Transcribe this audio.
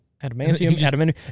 adamantium